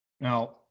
Now